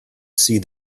see